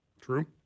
True